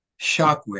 shockwave